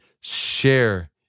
share